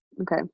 okay